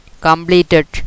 completed